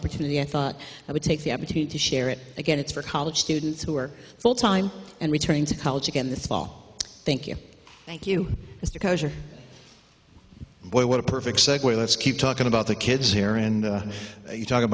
opportunity i thought i would take the opportunity to share it again it's for college students who are full time and returning to college again this fall thank you thank you mr cocksure boy what a perfect segue let's keep talking about the kids here and you talk